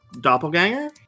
doppelganger